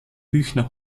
büchner